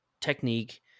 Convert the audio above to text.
technique